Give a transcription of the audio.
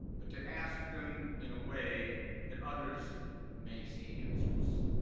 but to ask them and a way that others may see answers.